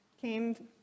came